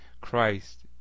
Christ